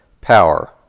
power